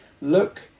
look